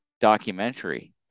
documentary